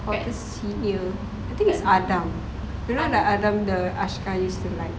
for senior I think it's adam you know the adam the ashka used to like